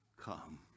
come